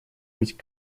быть